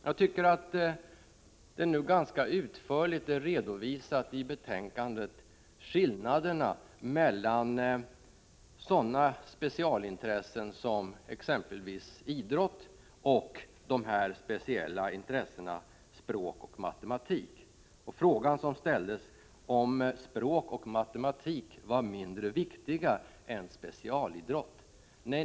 Jag tycker att skillnaderna mellan sådana specialintressen som å ena sidan idrott och å andra sidan språk och matematik ganska utförligt har redovisats i betänkandet. Den fråga som ställdes var om ämnen som språk och matematik var mindre viktiga än specialidrott.